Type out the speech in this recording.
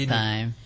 time